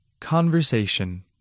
Conversation